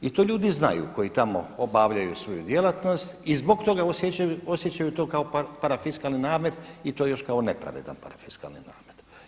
I to ljudi znaju koji tamo obavljaju svoju djelatnost i zbog toga osjećaju to kao parafiskalni namet i to još kao nepravedan parafiskalni namet.